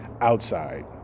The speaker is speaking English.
outside